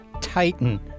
Titan